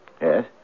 Yes